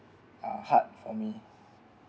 uh hard for me